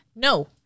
No